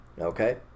Okay